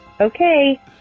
Okay